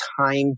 time